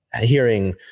hearing